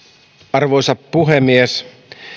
arvoisa puhemies